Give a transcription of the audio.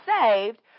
saved